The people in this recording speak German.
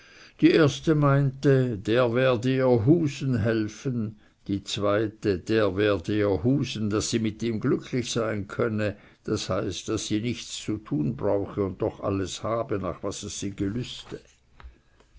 die erste meinte der werde ihr husen helfen die zweite der werde husen daß sie mit ihm glücklich sein könne das heißt daß sie nichts zu tun brauche und doch alles habe nach was es sie gelüste